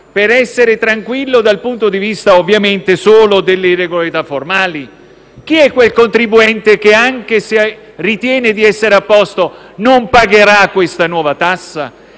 per essere tranquillo dal punto di vista ovviamente solo delle irregolarità formali? Chi è quel contribuente che, anche se ritiene di essere a posto, non pagherà questa nuova tassa?